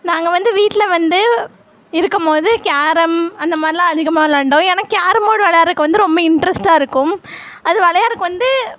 நாங்கள் வந்து வீட்டில் வந்து இருக்கும் போது கேரம் அந்த மாதிரிலாம் அதிகமாக விளாண்டோம் ஏன்னால் கேரம்போர்ட் விளாட்றக்கு வந்து ரொம்ப இன்ட்ரெஸ்ட்டாக இருக்கும் அது விளையாட்றக்கு வந்து